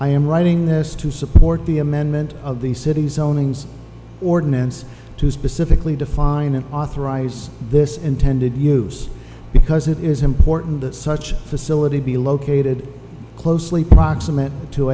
i am writing this to say support the amendment of the city zoning ordinance to specifically define and authorize this intended use because it is important that such a facility be located closely proximate to